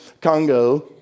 Congo